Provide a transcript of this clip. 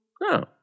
No